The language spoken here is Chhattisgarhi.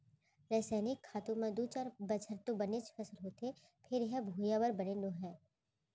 रसइनिक खातू म दू चार बछर तो बनेच फसल होथे फेर ए ह भुइयाँ बर बने नो हय